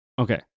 Okay